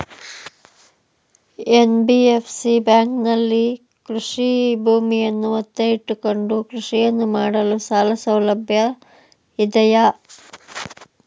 NBFC ಬ್ಯಾಂಕಿನಲ್ಲಿ ಕೃಷಿ ಭೂಮಿಯನ್ನು ಒತ್ತೆ ಇಟ್ಟುಕೊಂಡು ಕೃಷಿಯನ್ನು ಮಾಡಲು ಸಾಲಸೌಲಭ್ಯ ಇದೆಯಾ?